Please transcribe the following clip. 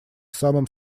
самым